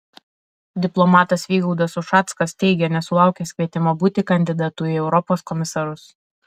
diplomatas vygaudas ušackas teigia nesulaukęs kvietimo būti kandidatu į europos komisarus